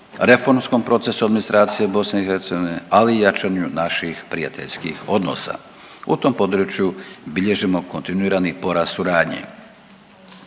reformskom procesu administracije BiH, ali i jačanju naših prijateljskih odnosa. U tom području bilježimo kontinuirani porast suradnje.